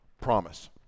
promise